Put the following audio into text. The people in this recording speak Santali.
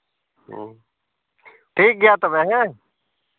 ᱦᱮᱸ ᱴᱷᱤᱠ ᱜᱮᱭᱟ ᱛᱚᱵᱮ ᱦᱮᱸ